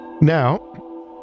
Now